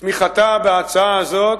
תמיכתה בהצעה הזאת,